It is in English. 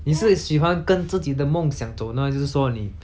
你是喜欢跟自己的梦想走呢还是说你